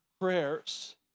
prayers